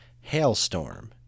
Hailstorm